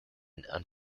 and